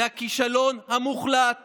זה הכישלון המוחלט